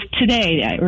today